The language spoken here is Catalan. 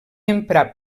emprar